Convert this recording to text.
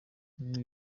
nti